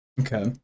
Okay